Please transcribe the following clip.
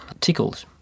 Tickled